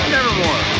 Nevermore